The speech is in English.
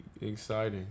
exciting